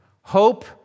Hope